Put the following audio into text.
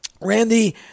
Randy